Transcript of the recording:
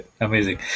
Amazing